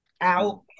out